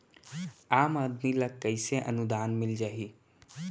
आम आदमी ल कइसे अनुदान मिल जाही?